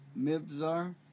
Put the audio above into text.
Mibzar